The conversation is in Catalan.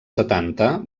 setanta